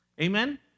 Amen